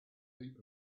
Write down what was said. heap